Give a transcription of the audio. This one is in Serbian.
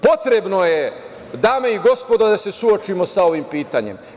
Potrebno je dame i gospodo, da se suočimo sa ovim pitanjem.